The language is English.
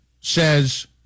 says